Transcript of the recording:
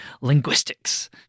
linguistics